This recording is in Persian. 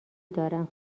دارم